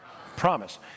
promise